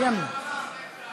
איך אתה יודע מה זה שדה קרב?